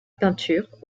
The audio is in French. peinture